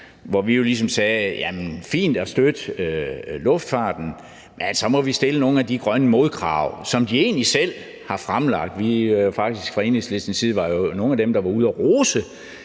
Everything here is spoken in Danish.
hvor vi jo ligesom sagde, at det er fint at støtte luftfarten, men så må vi stille nogle af de grønne modkrav, som luftfarten egentlig selv har fremlagt. Vi var jo fra Enhedslistens side nogle af dem, der var ude at rose